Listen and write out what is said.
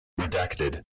Redacted